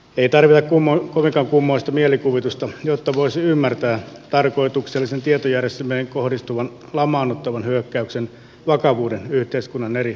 ei tarvita kovinkaan kummoista mielikuvitusta jotta voisi ymmärtää tarkoituksellisen tietojärjestelmiin kohdistuvan lamaannuttavan hyökkäyksen vakavuuden yhteiskunnan eri osa alueilla